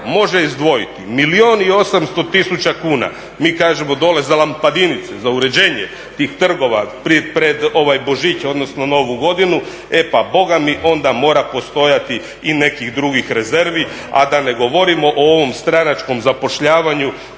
može izdvojiti milijun i 800 tisuća kuna, mi kažemo dolje za …, za uređenje tih trgova, pred Božić, odnosno Novu godinu, e pa Boga mi, onda mora postojati i nekih drugih rezervi, a da ne govorimo o ovom stranačkom zapošljavanju